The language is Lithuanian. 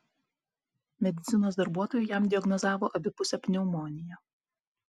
medicinos darbuotojai jam diagnozavo abipusę pneumoniją